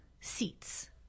seats